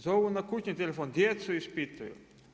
Zovu na kućni telefon djecu ispituju.